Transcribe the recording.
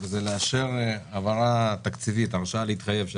זה לאשר העברה תקציבית הרשאה להתחייב,